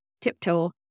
tiptoe